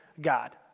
God